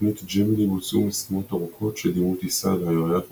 בתוכנית ג'מיני בוצעו משימות ארוכות שדימו טיסה אל הירח ובחזרה,